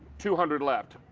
two hundred left.